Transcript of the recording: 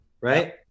right